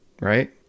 right